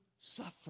suffer